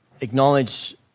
acknowledge